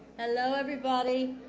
hello, everybody.